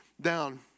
down